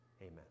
Amen